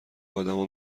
آدما